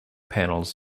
panels